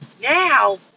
now